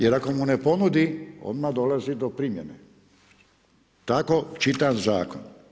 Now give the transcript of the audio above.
Jer ako mu ne ponudi odmah dolazi do primjene, tako čitam zakon.